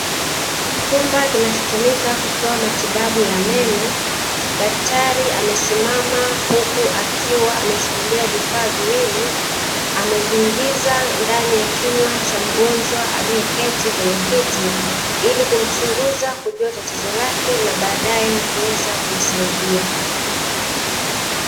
Chumba kinachotumika kutoa matibabu ya meno, daktari amesimama, huku akiwa ameshikilia vifaa viwili ameviingiza ndani ya kinywa cha mgonjwa aliyeketi kwenye kiti ili kumchunguza kujua tatizo lake na baadae kuweza kumsaidia.